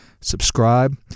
Subscribe